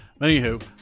Anywho